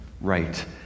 right